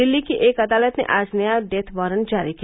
दिल्ली की एक अदालत ने आज नया खेथ वारंट जारी किया